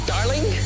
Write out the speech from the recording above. Darling